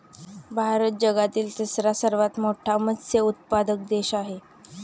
भारत जगातील तिसरा सर्वात मोठा मत्स्य उत्पादक देश आहे